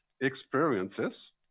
experiences